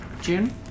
June